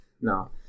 No